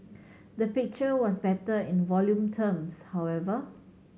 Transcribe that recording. the picture was better in volume terms however